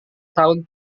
tahun